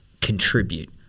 contribute